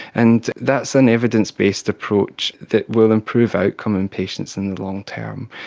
and that's an evidence-based approach that will improve outcome in patients in the long term.